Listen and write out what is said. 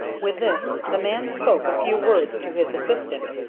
with this the man spoke a few words to his assistant,